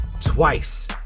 twice